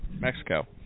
Mexico